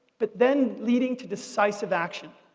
but then leading to decisive action.